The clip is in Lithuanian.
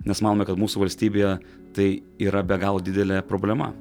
nes manome kad mūsų valstybėje tai yra be galo didelė problema